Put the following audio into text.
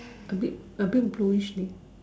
A bit a bit blueish leh